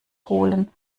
holen